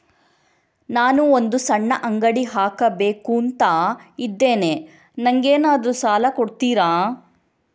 ನಾನು ಒಂದು ಸಣ್ಣ ಅಂಗಡಿ ಹಾಕಬೇಕುಂತ ಇದ್ದೇನೆ ನಂಗೇನಾದ್ರು ಸಾಲ ಕೊಡ್ತೀರಾ?